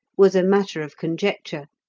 was a matter of conjecture,